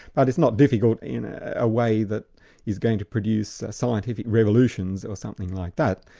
but it's not difficult in a ah way that is going to produce scientific revolutions or something like that.